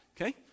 Okay